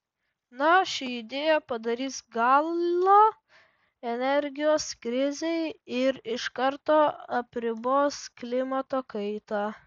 na ši idėja padarys galą energijos krizei ir iš karto apribos klimato kaitą